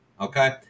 okay